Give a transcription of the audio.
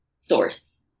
source